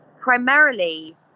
primarily